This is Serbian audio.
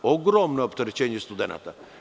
Ogromno opterećenje studenata.